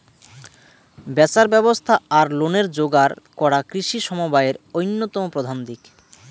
ব্যাচার ব্যবস্থা আর লোনের যোগার করা কৃষি সমবায়ের অইন্যতম প্রধান দিক